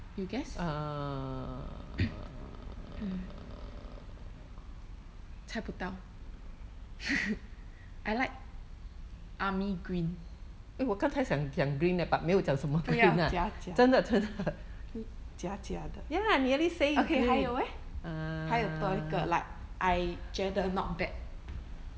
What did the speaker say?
you guess 猜不到 I like army green 不要假假假假的 okay 还有 eh 还要多一个 like I 觉得 not bad